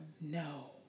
No